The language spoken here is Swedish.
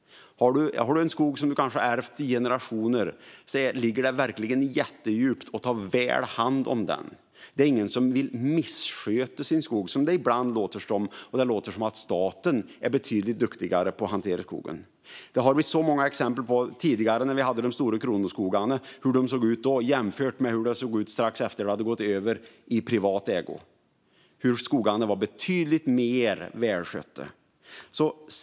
Om man har en skog som kanske ärvts i generationer ligger det jättedjupt att ta väl hand om den. Det är ingen som vill missköta sin skog, som det ibland låter som. Det låter också som att staten är betydligt duktigare på att hantera skog, men vi har många exempel på hur det såg ut tidigare i de stora kronoskogarna. Strax efter att dessa hade gått över i privat ägo var de betydligt mer välskötta.